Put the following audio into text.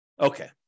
Okay